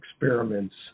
experiments